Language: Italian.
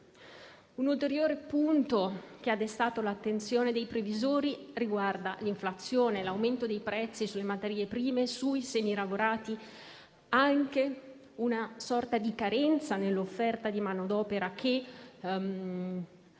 Un ulteriore punto che ha destato l'attenzione dei previsori riguarda l'inflazione, l'aumento dei prezzi sulle materie prime e sui semilavorati e anche una carenza nell'offerta di manodopera che,